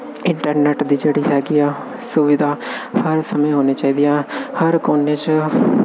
internet ਦੀ ਜਿਹੜੀ ਹੈਗੀ ਆ ਸੁਵਿਧਾ ਹਰ ਸਮੇਂ ਹੋਣੀ ਚਾਹੀਦੀ ਆ ਹਰ ਕੋਨੇ 'ਚ